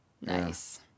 Nice